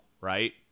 right